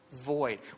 void